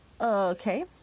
Okay